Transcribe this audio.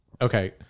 Okay